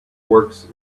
works